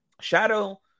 Shadow